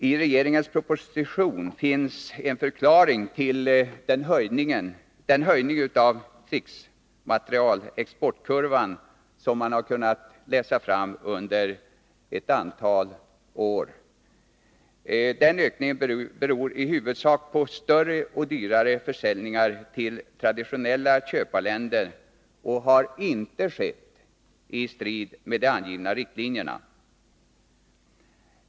I regeringens proposition finns en förklaring till att kurvan för krigsmaterielexporten varit uppåtgående under ett antal år. Denna ökning beror i huvudsak på större och dyrare försäljningar till traditionella köparländer. Dessa försäljningar har inte skett i strid med de angivna riktlinjerna.